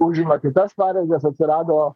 užima kitas pareigas atsirado